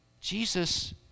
Jesus